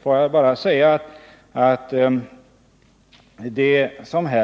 Det som i det här sammanhanget